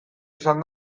izan